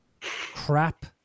crap